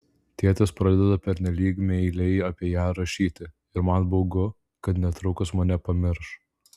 tėtis pradeda pernelyg meiliai apie ją rašyti ir man baugu kad netrukus mane pamirš